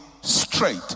straight